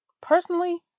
Personally